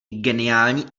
geniální